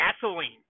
gasoline